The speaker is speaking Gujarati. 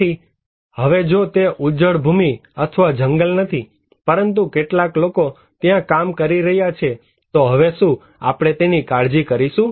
આથી હવે જો તે ઉજ્જડ ભૂમી અથવા જંગલ નથી પરંતુ કેટલાક લોકો ત્યાં કામ કરી રહ્યા છે તો હવે શું આપણે તેની કાળજી કરીશું